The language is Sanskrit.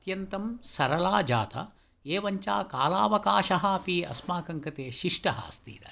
अत्यन्तं सरला जाता एवं च कालावकाशः अपि अस्माकं कृते शिष्टः अस्ति इदानीम्